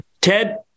ted